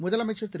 முதலமைச்சர் திரு